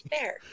fair